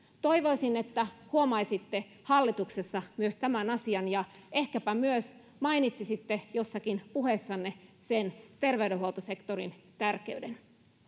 toivoisin että huomaisitte hallituksessa myös tämän asian ja ehkäpä myös mainitsisitte jossakin puheessanne sen terveydenhuoltosektorin tärkeyden